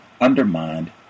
undermined